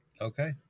Okay